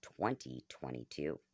2022